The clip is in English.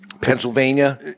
Pennsylvania